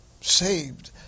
saved